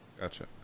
Gotcha